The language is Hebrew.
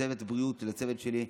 ולצוות הבריאות ולצוות שלי.